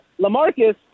LaMarcus